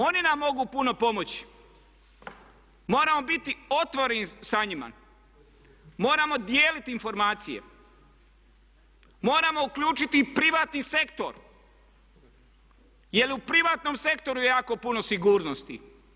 Oni nam mogu puno pomoći, moramo biti otvoreni sa njima, moramo dijeliti informacije, moramo uključiti i privatni sektor jer je u privatnom sektoru jako puno sigurnosti.